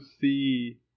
see